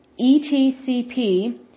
ETCP